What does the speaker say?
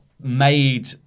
Made